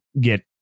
get